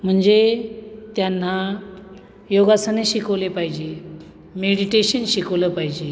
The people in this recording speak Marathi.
म्हणजे त्यांना योगासने शिकवली पाहिजेत मेडिटेशन शिकवलं पाहिजे